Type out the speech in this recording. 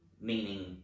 meaning